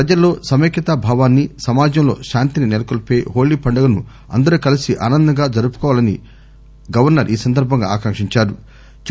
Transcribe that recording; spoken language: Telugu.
ప్రపజల్లో సమైక్యతా భావాన్ని సమాజంలో శాంతిని నెలకొల్పే హోళీ పండుగను అందరూ కలిసి ఆనందంగా జరుపుకోవాలని గవర్నర్ అన్నారు